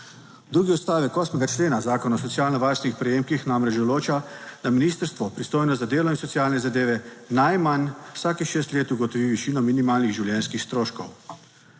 Drugi odstavek 8. člena Zakona o socialno varstvenih prejemkih namreč določa, da ministrstvo, pristojno za delo in socialne zadeve, najmanj vsakih šest let ugotovi višino minimalnih življenjskih stroškov.